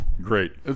Great